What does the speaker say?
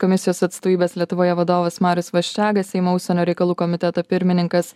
komisijos atstovybės lietuvoje vadovas marius vaščega seimo užsienio reikalų komiteto pirmininkas